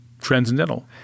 transcendental